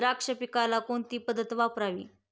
द्राक्ष पिकाला कोणती पद्धत वापरावी?